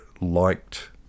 liked